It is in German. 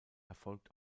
erfolgt